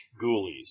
Ghoulies